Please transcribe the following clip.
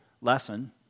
lesson